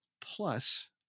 Plus